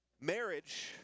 Marriage